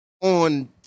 on